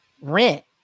rent